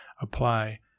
apply